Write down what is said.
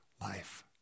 life